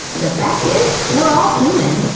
the fact is, we're all human!